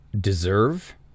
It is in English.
deserve